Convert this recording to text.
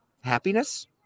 happiness